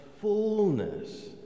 fullness